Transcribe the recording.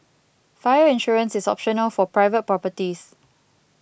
fire insurance is optional for private properties